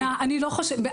אני לא חושבת.